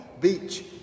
Beach